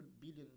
billion